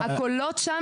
היא רוצה את הקולות שם.